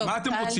טוב, טל.